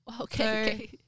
Okay